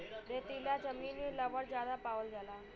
रेतीला जमीन में लवण ज्यादा पावल जाला